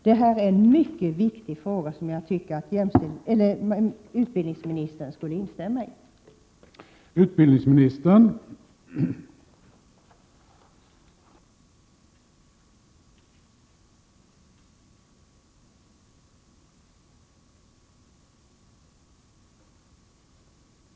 Detta är en mycket viktig fråga, och utbildningsministern borde instämma i folkpartiets krav.